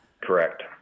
Correct